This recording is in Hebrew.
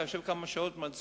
היה יושב כמה שעות ומצביע,